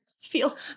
Feel